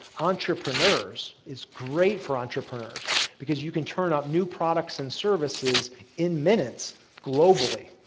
entrepreneurs, is great for entrepreneurs because you can turn up new products and services in minutes globally.